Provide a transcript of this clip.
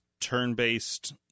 turn-based